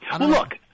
look